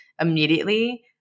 immediately